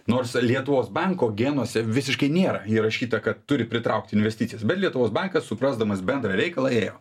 nors lietuvos banko genuose visiškai nėra įrašyta kad turi pritraukti investicijas bet lietuvos bankas suprasdamas bendrą reikalą ėjo